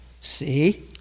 see